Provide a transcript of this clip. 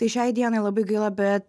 tai šiai dienai labai gaila bet